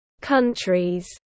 countries